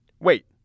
Wait